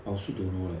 I also don't know leh